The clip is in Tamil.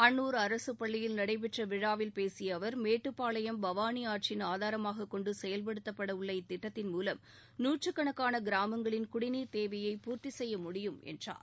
அன்னூர் அரசுப்பள்ளியில் நடைபெற்ற விழாவில் பேசிய அவர் மேட்டுப்பாளையம் பவானி ஆற்றின் ஆதாரமாகக் கொண்டு செயல்படுத்தப்பட உள்ள இத்திட்டத்தின் மூலம் நூற்றுக்கணக்கான கிராமங்களின் குடிநீர்த் தேவையை பூர்த்தி செய்ய முடியும் என்றார்